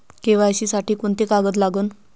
KYC साठी कोंते कागद लागन?